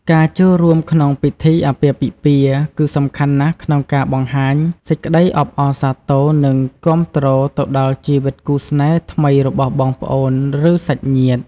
ការចូលរួមក្នុងពិធីអាពាហ៍ពិពាហ៍ គឺសំខាន់ណាស់ក្នុងការបង្ហាញសេចក្ដីអបអរសាទរ និងគាំទ្រទៅដល់ជីវិតគូស្នេហ៍ថ្មីរបស់បងប្អូន ឬសាច់ញាតិ។